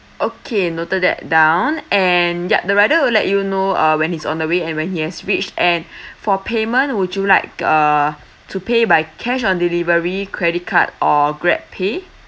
okay noted that down and ya the rider will let you know uh when he's on the way and when he has reached and for payment would you like uh to pay by cash on delivery credit card or grabpay